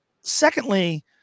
Secondly